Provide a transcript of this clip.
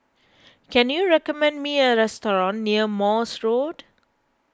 can you recommend me a restaurant near Morse Road